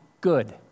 good